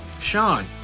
Sean